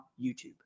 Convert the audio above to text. YouTube